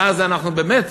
ואז אנחנו, באמת,